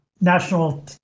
national